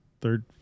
third